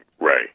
Right